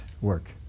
work